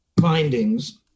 findings